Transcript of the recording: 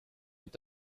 est